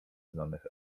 znanych